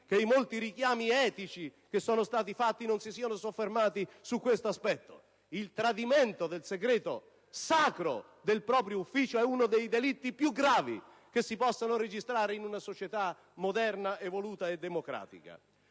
che i molti richiami etici sollevati non si siano soffermati su questo aspetto: il tradimento del segreto sacro del proprio ufficio è uno dei delitti più gravi che si possono registrare in una società moderna, evoluta e democratica.